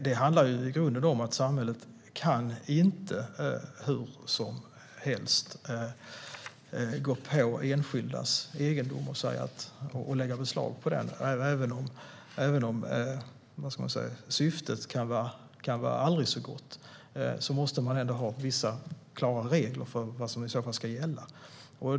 Det handlar i grunden om att samhället inte hur som helst kan gå på enskildas egendom och lägga beslag på den. Även om syftet kan vara aldrig så gott måste man ändå ha vissa klara regler för vad som i så fall ska gälla.